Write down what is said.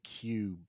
cube